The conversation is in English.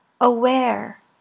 aware